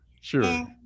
sure